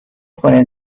کنه